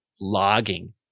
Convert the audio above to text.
logging